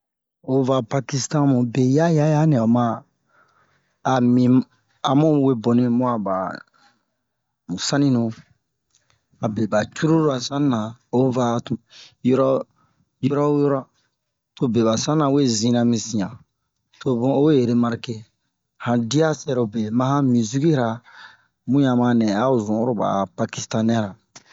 O va Pakistan mu be yaya ya nɛ o ma a mi amu we boni mu'a ba mu saninu abe ba cururu a sanina o va tun yoro wo yoro to be ba sanina we zina mi sian to bun o we remarke han dia sɛrobe ma han muzikira mu yan ma nɛ a'o zun oro ba a pakistanɛ-ra O va pakistan mu be yaya ya nɛ o ma a mi amu we boni mu'a ba mu saninu abe ba cururu a sanina o va tun yoro wo yoro to be ba sanina we zina mi sian to bun o we remarke han dia sɛrobe ma han muzikira mu yan ma nɛ a'o zun oro ba a pakistanɛ ra